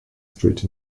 street